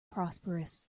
prosperous